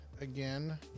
again